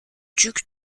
duc